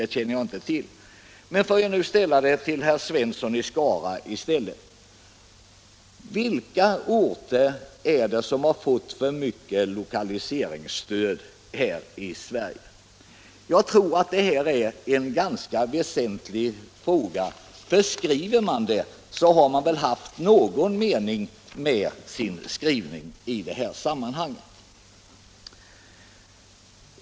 Jag ställer i stället frågan till herr Svensson i Skara: Vilka orter i Sverige har fått för mycket lokaliseringsstöd? Jag tror att detta är en ganska väsentlig fråga. För skriver man detta har man väl menat någonting med det.